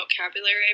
vocabulary